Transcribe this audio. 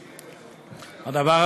ב.